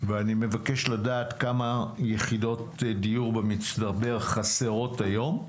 ואני מבקש לדעת כמה יחידות דיור במצטבר חסרות היום,